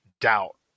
doubt